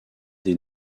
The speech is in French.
des